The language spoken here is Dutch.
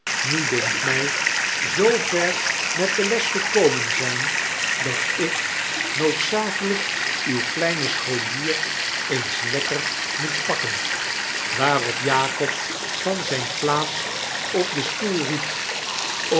nu dunkt my zoo ver met de les gekomen zyn dat ik noodzakelyk uw kleinen scholier eens lekker moet pakken waarop jakob van zyne plaats op den stoel riep